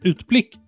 Utblick